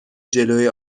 جلوی